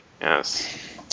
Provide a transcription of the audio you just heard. yes